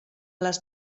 les